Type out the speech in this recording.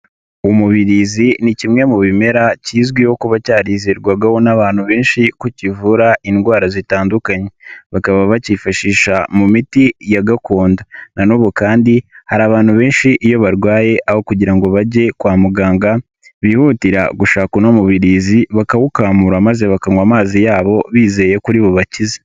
Umubirizi ni kimwe mu bimera kizwiho kuba cyarizerwagaho n'abantu benshi ko kivura indwara zitandukanye. Bakaba bakishi mu miti ya gakondo na n'ubu kandi hari abantu benshi iyo barwaye aho kugira ngo bajye kwa muganga, bihutira gushaka uno mubirizi, bakawukamura maze bakanywa amazi yawo, bizeye ko bubakize